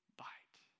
bite